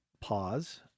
pause